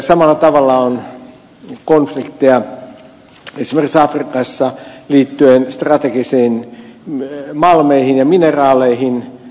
samalla tavalla on konflikteja esimerkiksi afrikassa liittyen strategisiin malmeihin ja mineraaleihin